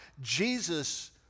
Jesus